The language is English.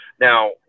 Now